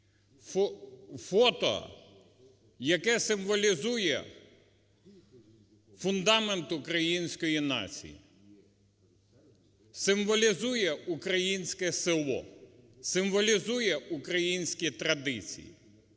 фото, яке символізує фундамент української нації, символізує українське село, символізує українські традиції.